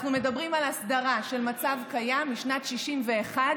אנחנו מדברים על הסדרה של מצב קיים משנת 1961,